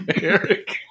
Eric